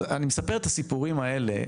אני מספר את הסיפורים האלה,